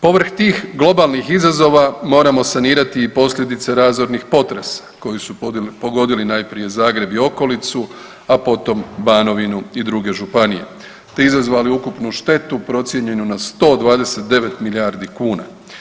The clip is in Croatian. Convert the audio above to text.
Povrh tih globalnih izazova moramo sanirati i posljedice razornih potresa koji su pogodili najprije Zagreb i okolicu, a potom Banovinu i druge županije te izazvali ukupnu štetu procijenjenu na 129 milijardi kuna.